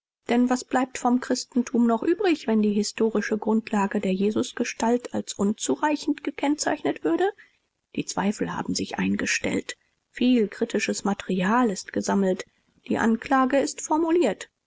denn was bleibt vom christentum noch übrig wenn die historische grundlage der jesusgestalt als unzureichend gekennzeichnet würde die zweifel haben sich eingestellt viel kritisches material ist gesammelt die anklage ist formuliert